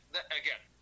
again